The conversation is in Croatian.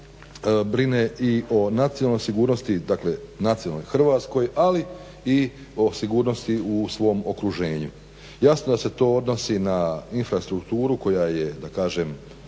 brine i o nacionalnoj sigurnosti, dakle nacionalnoj Hrvatskoj, ali i o sigurnosti u svom okruženju. Jasno da se to odnosi na infrastrukturu koja je, da kažem